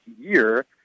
year